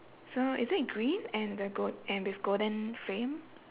so is it green and the gold and with golden frame